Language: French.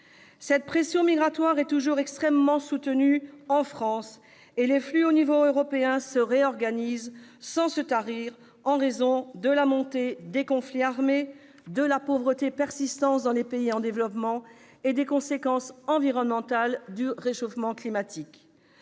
Cette pression migratoire est toujours extrêmement soutenue en France, et les flux à l'échelon européen se réorganisent sans se tarir, en raison de la montée des conflits armés, de la pauvreté persistante dans les pays en développement et des conséquences environnementales du réchauffement climatique.